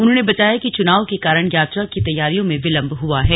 उन्होंने बताया कि चुनाव के कारण यात्रा की तैयारियों में विलंब हुआ है